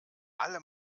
alle